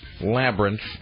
Labyrinth